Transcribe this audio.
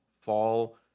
fall